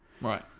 Right